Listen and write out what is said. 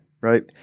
right